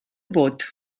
vot